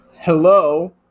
Hello